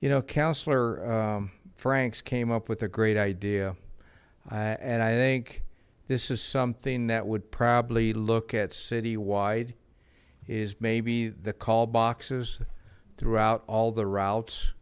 you know councillor franks came up with a great idea and i think this is something that would probably look at citywide is maybe the call boxes throughout all the routes